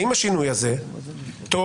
האם השינוי הזה טוב,